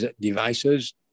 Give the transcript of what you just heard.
devices